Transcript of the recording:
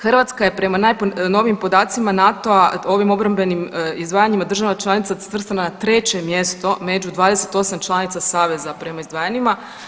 Hrvatska je prema najnovijim podacima NATO-a u ovim obrambenim izdvajanjima država članica svrstana na 3. mjesto među 28 članica Saveza prema izdvajanjima.